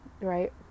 right